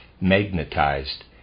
magnetized